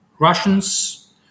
Russians